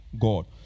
God